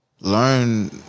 learn